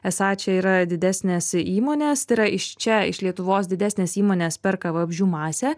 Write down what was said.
esą čia yra didesnės įmonės tai yra iš čia iš lietuvos didesnės įmonės perka vabzdžių masę